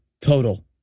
Total